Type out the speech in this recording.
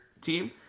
team